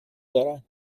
دارن